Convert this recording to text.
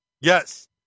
Yes